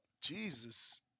Jesus